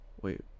wait